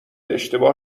اشتباه